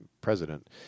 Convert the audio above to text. president